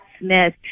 Smith